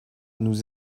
nous